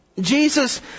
Jesus